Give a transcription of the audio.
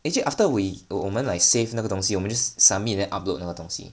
actually after we 我们 like save 那个东西我们 just submit then upload 那个东西